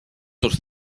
tus